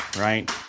right